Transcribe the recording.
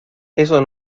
eso